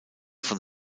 von